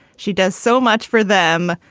she does so much for them.